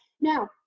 Now